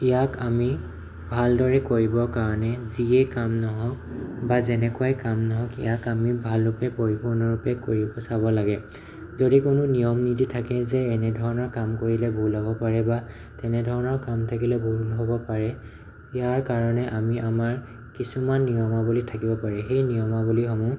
ইয়াক আমি ভালদৰে কৰিবৰ কাৰণে যিয়েই কাম নহওঁক বা যেনেকুৱাই কাম নহওঁক ইয়াক আমি ভালৰূপে পৰিপূৰ্ণৰূপে কৰি চাব লাগে যদি কোনো নিয়ম নীতি থাকে যে এনেধৰণৰ কাম কৰিলে ভুল হ'ব পাৰে বা তেনেধৰণৰ কাম থাকিলে ভুল হ'ব পাৰে ইয়াৰ কাৰণে আমি আমাৰ কিছুমান নিয়মাৱলী থাকিব পাৰে সেই নিয়মাৱলীসমূহ